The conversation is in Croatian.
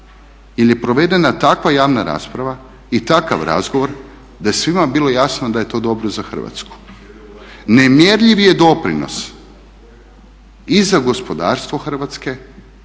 jer je provedena takva javna rasprava i takav razgovor da je svima bilo jasno da je to dobro za Hrvatsku. Nemjerljiv je doprinos i za gospodarstvo Hrvatske